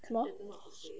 什么